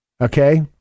Okay